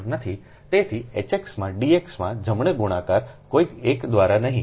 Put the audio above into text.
તેથી H x માં dx માં જમણા ગુણાકાર કોઈ એક દ્વારા નહીં